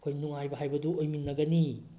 ꯑꯩꯈꯣꯏ ꯅꯨꯡꯉꯥꯏꯕ ꯍꯥꯏꯕꯗꯨ ꯑꯣꯏꯃꯤꯟꯅꯒꯅꯤ